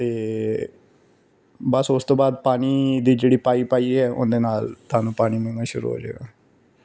ਅਤੇ ਬਸ ਉਸ ਤੋਂ ਬਾਅਦ ਪਾਣੀ ਦੀ ਜਿਹੜੀ ਪਾਈਪ ਪਾਈ ਹੈ ਉਹਦੇ ਨਾਲ ਤੁਹਾਨੂੰ ਪਾਣੀ ਮਿਲਣਾ ਸ਼ੁਰੂ ਹੋ ਜਾਵੇਗਾ